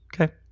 Okay